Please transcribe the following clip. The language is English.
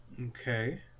Okay